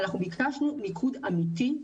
אנחנו ביקשנו מיקוד אמיתי,